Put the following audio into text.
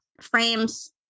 frames